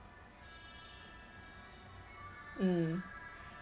mm